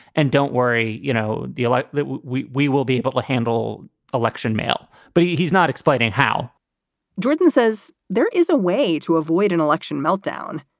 and don't worry you know like that we we will be able to handle election mail but he's not explaining how jordan says there is a way to avoid an election meltdown.